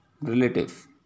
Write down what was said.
relative